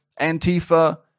Antifa